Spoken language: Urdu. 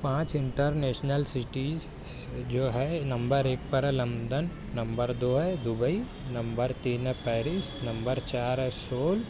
پانچ انٹر نیشل سٹیز جو ہے نمبر ایک پر ہے لنڈن نمبر دو ہے دبئی نمبر تین ہے پیرس نمبر چار ہے سول